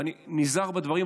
ואני נזהר בדברים,